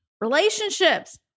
Relationships